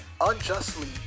unjustly